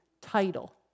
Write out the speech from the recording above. title